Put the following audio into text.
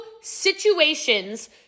situations